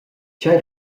tgei